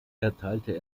erteilte